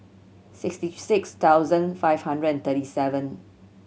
sixty six thousand five hundred and thirty seven